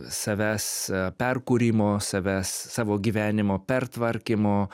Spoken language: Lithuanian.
savęs perkūrimo savęs savo gyvenimo pertvarkymo